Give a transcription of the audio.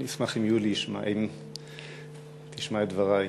אני אשמח אם תשמע את דברי.